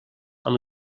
amb